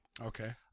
Okay